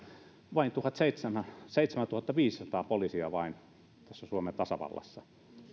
vain seitsemäntuhattaviisisataa poliisia on tässä suomen tasavallassa perjantaina